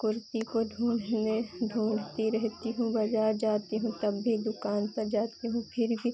कुर्ती को ढूँढने ढूँढती रहती हूँ बाज़ार जाती हूँ तब भी दुकान पर जाती हूँ फिर भी